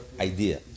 idea